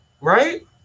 right